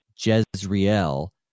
Jezreel